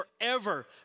forever